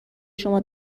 شما